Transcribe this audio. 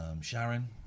Sharon